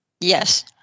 Yes